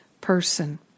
person